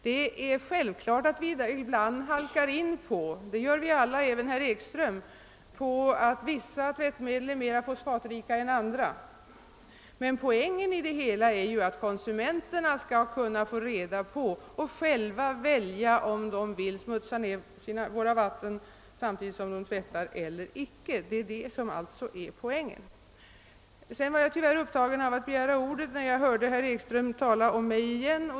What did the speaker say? Det är självklart att vi alla — även herr Ekström — ibland halkar in på att vissa tvättmedel är mer fosfatrika än andra, men poängen är att konsumenterna skall kunna få reda på det och själva välja, om de skall smutsa ner våra vatten i samband med tvätt. Jag var tyvärr upptagen av att begära ordet när herr Ekström talade om mig igen.